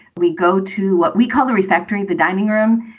we go to what we call the refectory. the dining room.